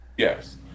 Yes